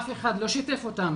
אף אחד לא שיתף אותם,